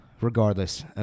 Regardless